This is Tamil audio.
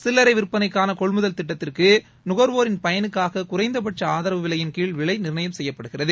சில்லரை விற்பளைக்கான கொள்முதல் திட்டத்திற்கு நுகர்வோரின் பயனுக்காக குறைந்த பட்ச ஆதரவு விலையின் கீழ விலை நிர்ணயம் செய்யப்படுகிறது